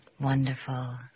wonderful